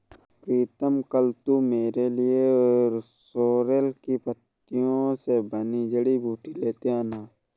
प्रीतम कल तू मेरे लिए सोरेल की पत्तियों से बनी जड़ी बूटी लेते आना